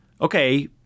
okay